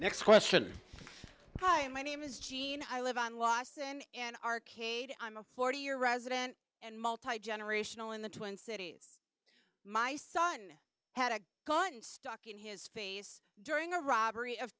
next question time my name is jean i live on lost in an arcade i'm a forty year resident and multigenerational in the twin cities my son had a gun stuck in his face during a robbery of